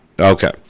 Okay